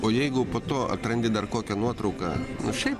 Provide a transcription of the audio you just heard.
o jeigu po to atrandi dar kokią nuotrauką nu šiaip